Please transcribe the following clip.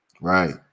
Right